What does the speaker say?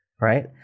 Right